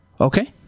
Okay